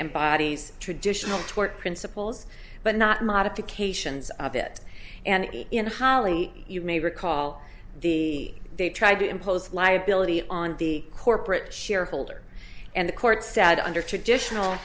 embodies traditional tort principles but not modifications of it and in holly you may recall the they tried to impose liability on the corporate shareholder and the court said under traditional